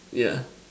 yeah